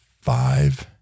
five